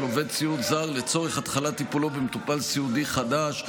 עובד סיעוד זר לצורך התחלת טיפולו במטופל סיעודי חדש,